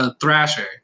Thrasher